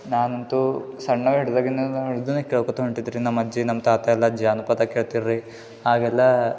ನಾನಂತೂ ಸಣ್ಣವ ಹಿಡ್ದಾಗಿಂದನು ನಾ ಹಾಡೊದನ್ನೇ ಕೇಳ್ಕೊತಾ ಹೊಂಟಿದ್ದೆ ರೀ ನಮ್ಮ ಅಜ್ಜಿ ನಮ್ಮ ತಾತ ಎಲ್ಲ ಜಾನಪದ ಕೇಳ್ತೀರ ರೀ ಹಾಗೆಲ್ಲ